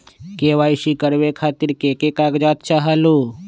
KYC करवे खातीर के के कागजात चाहलु?